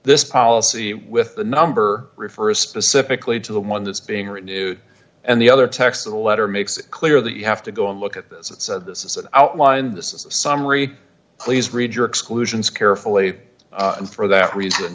this policy with the number refers specifically to the one that's being renewed and the other text of the letter makes it clear that you have to go and look at this and said this is an outline this is a summary please read your exclusions carefully and for that reason